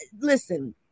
listen